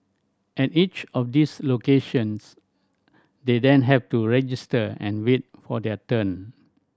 at each of these locations they then have to register and wait for their turn